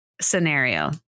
scenario